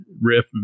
riff